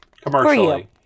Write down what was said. Commercially